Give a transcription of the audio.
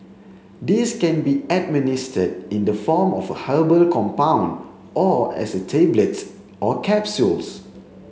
these can be administered in the form of a herbal compound or as a tablets or capsules